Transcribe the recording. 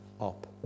up